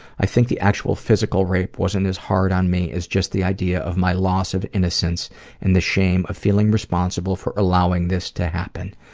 i think the actual physical rape wasn't as hard on me as just the idea of my loss of innocence and the shame of feeling responsible for allowing this to happen.